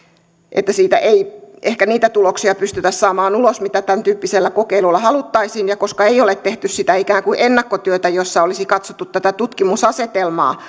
että siitä ei ehkä pystytä saamaan ulos niitä tuloksia mitä tämäntyyppisellä kokeilulla haluttaisiin ja koska ei ole tehty sitä ikään kuin ennakkotyötä jossa olisi katsottu tätä tutkimusasetelmaa